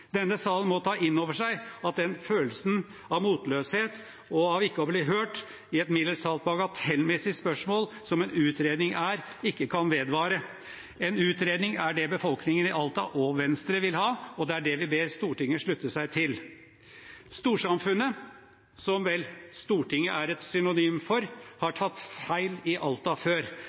Denne salen må ta inn over seg at den følelsen av motløshet og av ikke å bli hørt i et mildest talt bagatellmessig spørsmål som en utredning er, ikke kan vedvare. En utredning er det befolkningen i Alta og Venstre vil ha, og det er det vi ber Stortinget slutte seg til. Storsamfunnet, som vel Stortinget er et synonym for, har tatt feil i Alta før